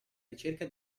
ricerca